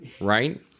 right